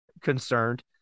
concerned